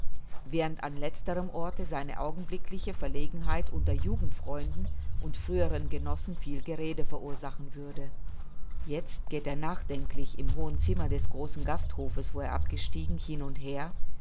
während an letzterem orte seine augenblickliche verlegenheit unter jugendfreunden und früheren genossen viel gerede verursachen würde jetzt geht er nachdenklich im hohen zimmer des großen gasthofes wo er abgestiegen hin und her